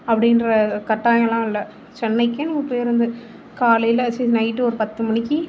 அப்படின்ற கட்டாயமெல்லாம் இல்லை சென்னைக்கே நம்ம பேருந்து காலையில் ச்சி நைட்டு ஒரு பத்து மணிக்கு